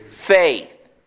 Faith